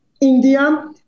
India